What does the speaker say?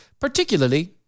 particularly